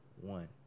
one